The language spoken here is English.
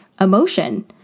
emotion